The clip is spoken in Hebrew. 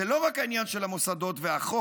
זה לא רק העניין של המוסדות והחוק,